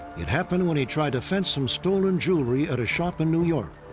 it happened when he tried to fence some stolen jewelry at a shop in new york.